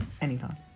anytime